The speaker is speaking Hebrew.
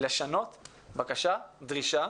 לשנות בקשה, דרישה,